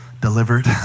delivered